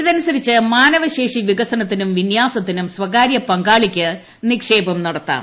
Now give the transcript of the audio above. ഇതനുസരിച്ച് മാനവശേഷി വികസനത്തിനും വിന്യാസത്തിനും സ്ഥകാര്യ പങ്കാളിക്ക് നിക്ഷേപം നടത്താം